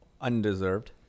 Undeserved